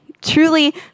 Truly